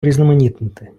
урізноманітнити